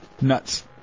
nuts